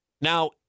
Now